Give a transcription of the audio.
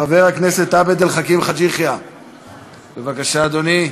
חבר הכנסת עבד אל חכים חאג' יחיא, בבקשה, אדוני.